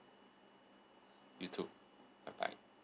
you too bye bye